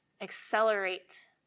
accelerate